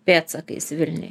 pėdsakais vilniuj